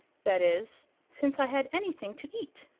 that is since i had anything to eat.